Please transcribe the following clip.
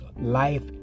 life